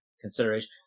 consideration